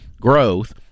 growth